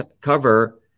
cover